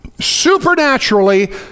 Supernaturally